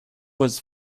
was